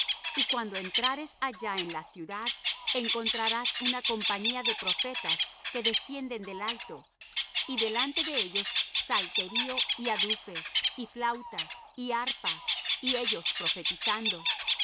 y cuando entrares allá en la ciudad encontrarás una compañía de profetas que descienden del alto y delante de ellos salterio y adufe y flauta y arpa y ellos profetizando